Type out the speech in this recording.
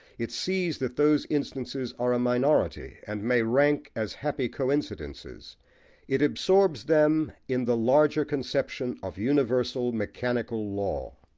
it sees that those instances are a minority, and may rank as happy coincidences it absorbs them in the larger conception of universal mechanical law.